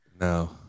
No